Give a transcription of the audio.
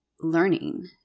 learning